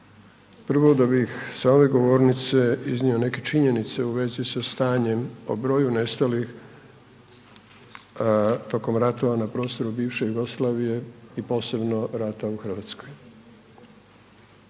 Prvo da bih sa ove govornice iznio neke činjenice u vezi sa stanjem o broju nestalih tokom ratova na prostoru bivše Jugoslavije i posebno rata u Hrvatskoj.